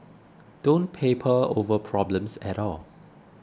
don't paper over problems at all